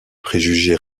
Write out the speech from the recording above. préjugés